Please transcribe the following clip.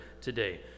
today